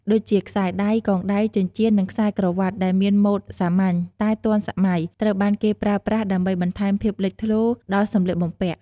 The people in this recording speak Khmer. ដូចជា ខ្សែដៃ កងដៃ ចិញ្ចៀន និងខ្សែក្រវ៉ាត់ដែលមានម៉ូដសាមញ្ញ តែទាន់សម័យ ត្រូវបានគេប្រើប្រាស់ដើម្បីបន្ថែមភាពលេចធ្លោដល់សម្លៀកបំពាក់។